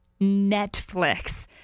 Netflix